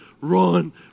Run